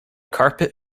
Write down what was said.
carpet